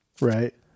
right